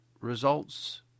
results